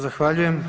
Zahvaljujem.